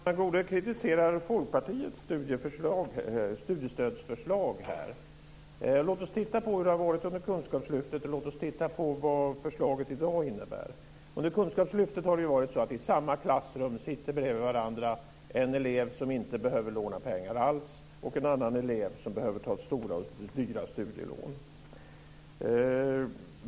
Fru talman! Gunnar Goude kritiserar Folkpartiets studiestödsförslag. Låt oss titta på hur det har varit under Kunskapslyftet, och låt oss titta på vad förslaget i dag innebär. Under Kunskapslyftet har det varit så att i samma klassrum sitter bredvid varandra en elev som inte behöver låna pengar alls och en annan elev som behöver ta stora och dyra studielån.